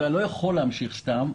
אתה לא יכול להמשיך סתם.